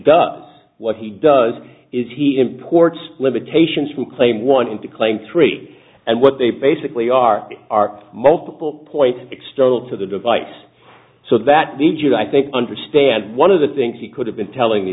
does what he does is he imports limitations from claim one to claim three and what they basically are are multiple points external to the device so that needs it i think i understand one of the things he could have been telling the